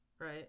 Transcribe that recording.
right